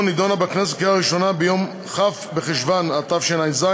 נתקבלה בכנסת בקריאה הראשונה ביום כ' בחשוון התשע"ז,